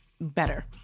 better